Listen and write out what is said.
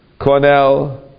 Cornell